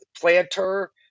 planter